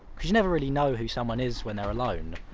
cause you never really know who someone is when they're alone.